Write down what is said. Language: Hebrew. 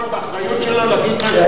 יכול באחריות שלו להגיד מה שהוא חושב